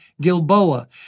Gilboa